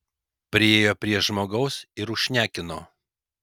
priėjo prie žmogaus ir užšnekino